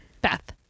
Beth